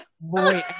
Boy